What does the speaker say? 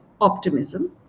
optimism